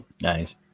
Nice